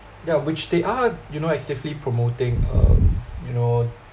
yeah which they are you know actively promoting um you know